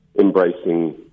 embracing